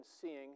seeing